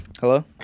Hello